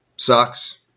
sucks